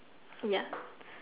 ya